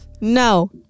no